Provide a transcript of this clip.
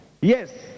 yes